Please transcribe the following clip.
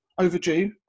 overdue